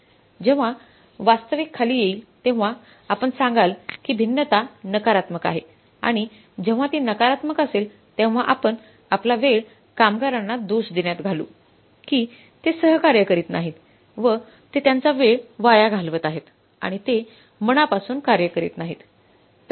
जेव्हा वास्तविक खाली येईल तेव्हा आपण सांगाल की भिन्नता नकारात्मक आहे आणि जेव्हा ती नकारात्मक असेल तेव्हा आपण आपला वेळ कामगारांना दोष देण्यात घालू की ते सहकार्य करीत नाहीत व ते त्यांचा वेळ वाया घालवत आहेत आणि ते मनापासून कार्य करीत नाहीत